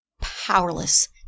powerless